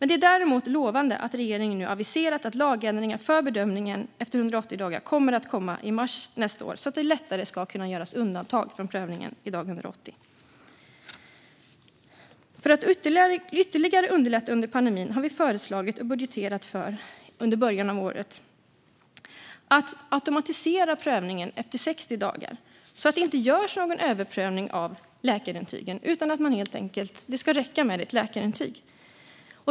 Det är däremot lovande att regeringen nu aviserat att lagändringar för bedömningen efter 180 dagar kommer att komma i mars nästa år så att det lättare ska kunna göras undantag från prövningen vid dag 180. För att ytterligare underlätta under pandemin har vi föreslagit och budgeterat för, under början av året, att automatisera prövningen efter 60 dagar så att det inte görs någon överprövning av läkarintygen. Det ska helt enkelt räcka med ett läkarintyg.